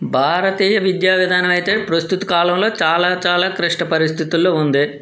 భారతీయ విద్యా విధానం అయితే ప్రస్తుత కాలంలో చాలా చాలా క్లిష్ట పరిస్థితుల్లో ఉంది